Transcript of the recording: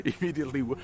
immediately